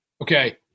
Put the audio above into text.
okay